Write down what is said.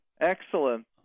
Excellent